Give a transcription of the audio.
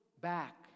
back